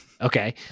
Okay